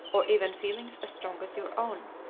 or even feelings as strong as your own.